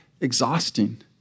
exhausting